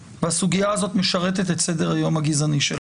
והסוגייה הזאת משרתת את סדר היום הגזעני שלו.